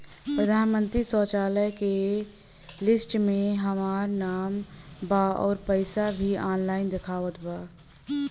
प्रधानमंत्री शौचालय के लिस्ट में हमार नाम बा अउर पैसा भी ऑनलाइन दिखावत बा